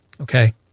okay